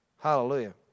Hallelujah